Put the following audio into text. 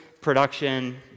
production